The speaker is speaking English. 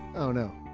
oh no.